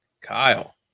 Kyle